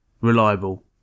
reliable